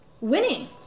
winning